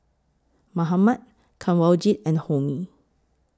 Mahatma Kanwaljit and Homi